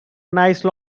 nice